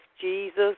Jesus